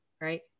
right